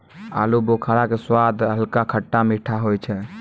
आलूबुखारा के स्वाद हल्का खट्टा मीठा होय छै